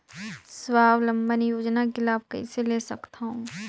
स्वावलंबन योजना के लाभ कइसे ले सकथव?